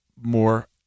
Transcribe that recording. more